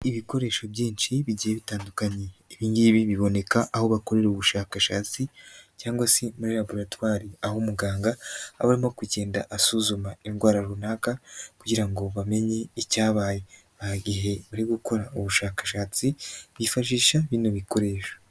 Ibikoresho byinshi bigiye bitandukanye, ibi ngibi biboneka aho bakorera ubushakashatsi cyangwa se muri laboratwari aho umuganga aba arimo kugenda asuzuma indwara runaka kugira ngo bamenye icyabaye, igihe bari gukora ubushakashatsi bifashisha bino bikoresho.